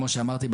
כמו שאמרתי,